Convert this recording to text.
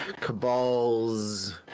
cabals